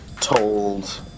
told